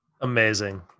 Amazing